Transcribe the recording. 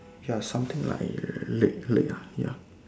ya something like leg leg uh ya